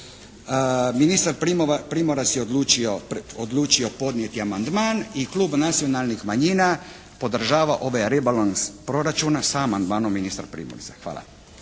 Ministar Primorac je odlučio podnijeti amandman i Klub nacionalnih manjina podržava ovaj rebalans proračuna sa amandmanom ministra Primorca. Hvala.